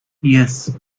yes